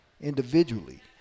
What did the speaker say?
individually